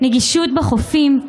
נגישות בחופים,